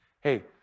hey